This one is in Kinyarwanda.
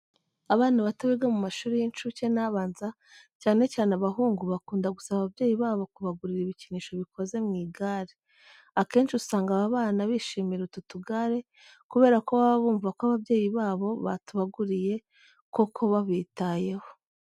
Abana bato biga mu mashuri y'incuke n'abanza cyane cyane abahungu bakunda gusaba ababyeyi babo kubagurira ibikinisho bikoze mu igare. Akenshi usanga aba bana bishimira utu tugare kubera ko baba bumva ko ababyeyi babo batubaguriye koko babitayeho.